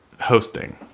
hosting